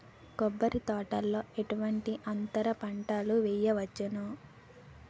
కొబ్బరి తోటలో ఎటువంటి అంతర పంటలు వేయవచ్చును?